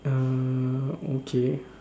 err okay